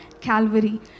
Calvary